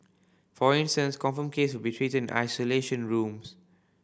for instance confirmed case will be treated in isolation rooms